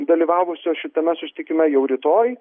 dalyvavusio šitame susitikime jau rytoj